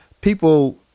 people